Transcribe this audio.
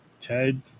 ted